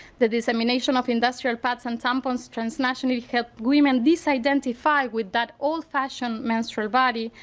the dissemination of industrial patent tampons transnationally helped women disidentify with that old-fashioned menstrual body,